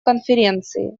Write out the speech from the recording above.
конференции